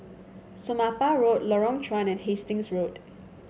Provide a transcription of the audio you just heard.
Somapah Road Lorong Chuan and Hastings Road